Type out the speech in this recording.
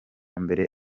mbere